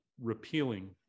repealing